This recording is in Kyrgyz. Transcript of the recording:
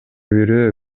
бирөө